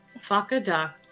Fuck-a-duck